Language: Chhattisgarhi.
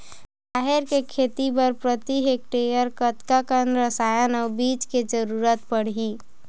राहेर के खेती बर प्रति हेक्टेयर कतका कन रसायन अउ बीज के जरूरत पड़ही?